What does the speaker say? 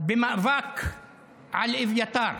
במאבק על אביתר.